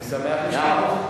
אני שמח לשמוע.